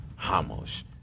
Hamosh